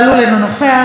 אינו נוכח,